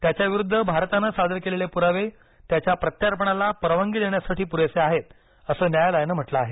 त्याच्या विरुद्ध भारतानं सादर केलेले पुरावे त्याच्या प्रत्यार्पणाला परवानगी देण्यासाठी पुरेसे आहेत असं न्यायालयानं म्हटलं आहे